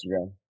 Instagram